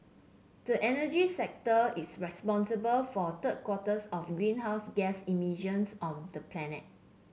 the energy sector is responsible for third quarters of greenhouse gas emissions on the planet